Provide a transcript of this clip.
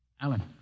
Alan